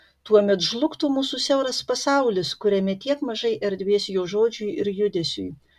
tuomet žlugtų mūsų siauras pasaulis kuriame tiek mažai erdvės jo žodžiui ir judesiui